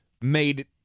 made